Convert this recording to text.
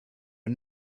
are